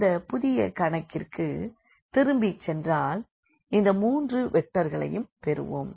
இந்தப் புதிய கணக்கிற்கு திரும்பிச் சென்றால் இந்த மூன்று வெக்டர்களையும் பெறுவோம்